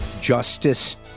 justice